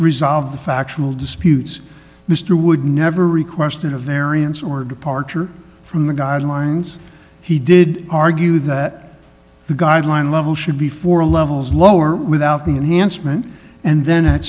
resolved the factual disputes mr wood never requested a variance or departure from the guidelines he did argue that the guideline level should be four levels lower without the enhanced meant and then at